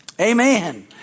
Amen